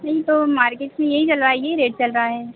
नहीं तो मार्केट में यही चल रहा है यह रेट चल रहा है